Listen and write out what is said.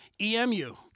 EMU